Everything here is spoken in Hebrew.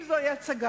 אם זו הצגה,